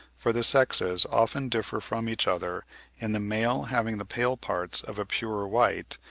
for the sexes often differ from each other in the male having the pale parts of a purer white,